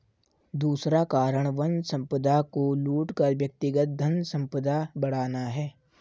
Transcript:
दूसरा कारण वन संपदा को लूट कर व्यक्तिगत धनसंपदा बढ़ाना है